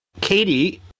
Katie